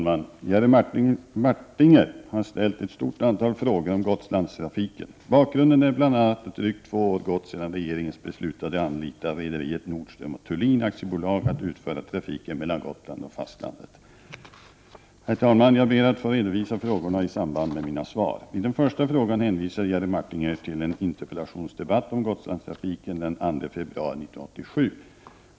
Herr talman! Jerry Martinger har stället ett antal frågor om Gotlandstrafiken. Bakgrunden är bl.a. att drygt två år gått sedan regeringen beslutade anlita rederiet Nordström & Thulin AB att utföra trafiken mellan Gotland och fastlandet. Herr talman! Jag ber att få redovisa frågorna i samband med mina svar. I den första frågan hänvisar Jerry Martinger till en interpellationsdebatt om Gotlandstrafiken den 2 februari 1987.